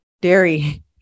Dairy